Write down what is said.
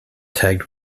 tagged